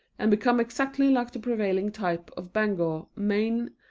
and become exactly like the prevailing type of bangor, maine,